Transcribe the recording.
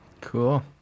Cool